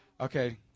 Okay